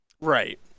Right